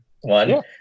One